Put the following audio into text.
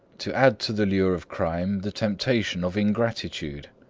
to add to the lure of crime the temptation of ingratitude.